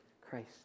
Christ